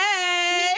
hey